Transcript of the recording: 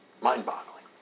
mind-boggling